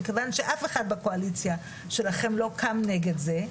מכיוון שאף אחד בקואליציה שלכם לא קם נגד זה,